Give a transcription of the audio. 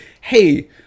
hey